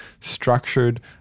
structured